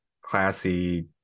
classy